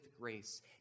grace